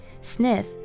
Sniff